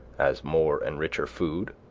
as more and richer food,